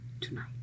tonight